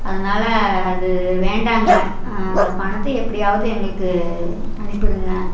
அதனால அது வேண்டாங்க அந்த பணத்தை எப்படியாவது எங்களுக்கு அனுப்பிருங்க